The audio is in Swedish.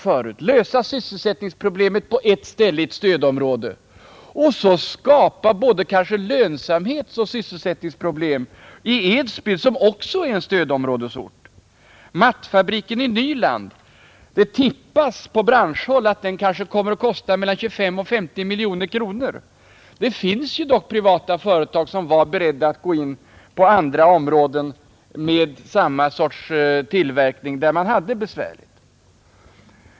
Man löser sysselsättningsproblemen på ett ställe i stödområdet och skapar kanske både lönsamhetsoch sysselsättningsproblem i Edsbyn, som också är en stödområdesort. Det tippas på branschhåll att mattfabriken i Nyland kanske kommer att kosta mellan 25 och 50 miljoner kronor. Det finns dock privata företag som var beredda att gå in med samma sorts tillverkning på andra områden där man hade det besvärligt.